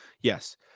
yes